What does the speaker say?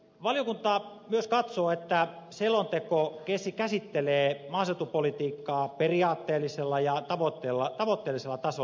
valiokunta myös katsoo että selonteko käsittelee maaseutupolitiikkaa periaatteellisella ja tavoitteellisella tasolla erittäin kattavasti